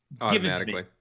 automatically